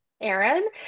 Aaron